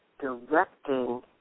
directing